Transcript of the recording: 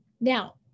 Now